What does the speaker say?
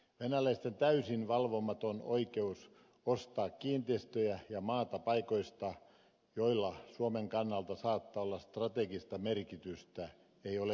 venäläisten täysin valvomaton oikeus ostaa kiinteistöjä ja maata paikoista joilla suomen kannalta saattaa olla strategista merkitystä ei ole viisasta